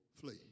flee